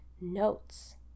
notes